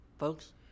Folks